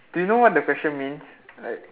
do you know what the question means like